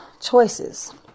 choices